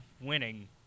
winning